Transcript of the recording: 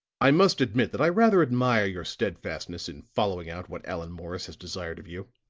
i must admit that i rather admire your steadfastness in following out what allan morris has desired of you